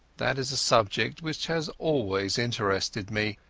that is a subject which has always interested me,